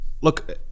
look